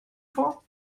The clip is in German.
vor